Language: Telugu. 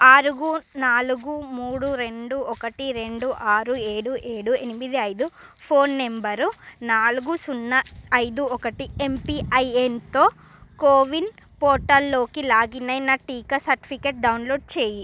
ఆరు నాలుగు మూడు రెండు ఒకటి రెండు ఆరు ఏడు ఏడు ఎనిమిది ఐదు ఫోన్ నంబరు నాలుగు సున్నా ఐదు ఒకటి ఎమ్పీఐఎన్తో కోవిన్ పోర్టల్లోకి లాగిన్ అయి నా టీకా సర్టిఫికెట్ డౌన్లోడ్ చెయ్యి